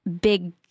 big